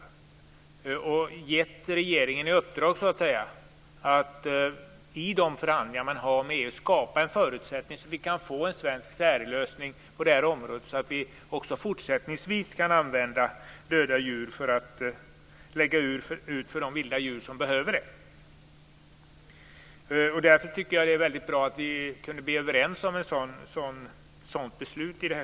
Vi vill ge regeringen i uppdrag att i de förhandlingar man har med EU skapa förutsättningar för en svensk särlösning på det här området så att vi också fortsättningsvis kan använda döda djur som foder för de vilda djur som behöver det. Därför är det väldigt bra att vi kunde bli överens.